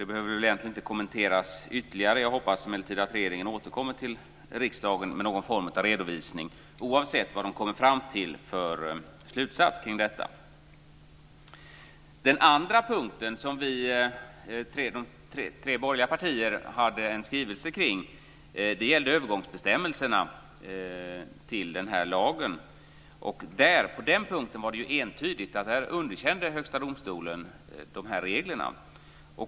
Det behöver väl egentligen inte kommenteras ytterligare. Jag hoppas emellertid att regeringen återkommer till riksdagen med någon form av redovisning oavsett vad man kommer fram till för slutsats. Den andra punkten som vi i de tre borgerliga partierna har haft en skrivelse om gäller övergångsbestämmelserna till lagen. På den punkten är det entydigt att Högsta domstolen har underkänt reglerna.